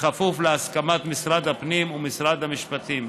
כפוף להסכמת משרד הפנים ומשרד המשפטים.